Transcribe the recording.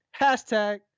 hashtag